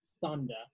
Thunder